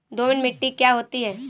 दोमट मिट्टी क्या होती हैं?